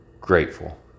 grateful